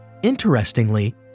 Interestingly